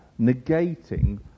negating